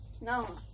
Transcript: No